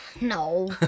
No